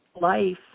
life